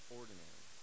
ordinary